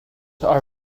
are